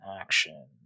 action